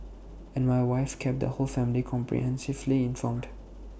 and my wife kept the whole family comprehensively informed